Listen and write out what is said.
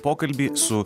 pokalbį su